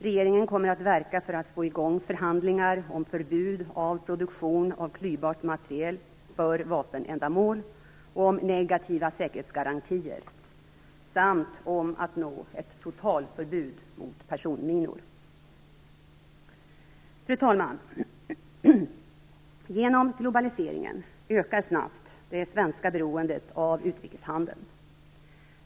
Regeringen kommer att verka för att få i gång förhandlingar om förbud av produktion av klyvbart material för vapenändamål och om negativa säkerhetsgarantier samt om att nå ett totalförbud mot personminor. Fru talman! Genom globaliseringen ökar snabbt det svenska beroendet av utrikeshandeln.